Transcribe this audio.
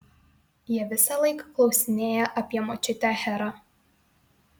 jie visąlaik klausinėja apie močiutę herą